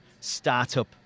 startup